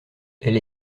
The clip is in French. elle